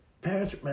parents